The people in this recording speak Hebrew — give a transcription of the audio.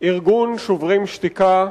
ארגון "שוברים שתיקה"